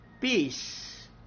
peace